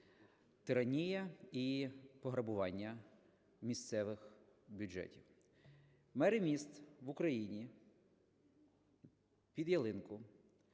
тиранія і пограбування місцевих бюджетів. Мери міст в Україні під ялинку